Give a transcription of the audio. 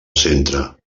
centre